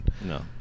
no